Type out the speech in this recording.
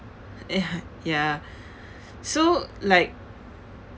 eh ah ya so like